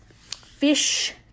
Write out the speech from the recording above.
fish